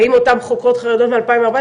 האם אותן חוקרות חרדיות מ-2014,